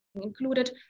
included